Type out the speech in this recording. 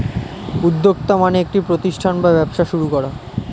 উদ্যোক্তা মানে একটি প্রতিষ্ঠান বা ব্যবসা শুরু করা